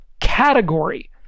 category